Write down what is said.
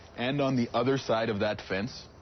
and on the other side of that fence?